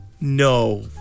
No